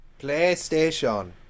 PlayStation